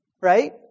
right